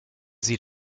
sie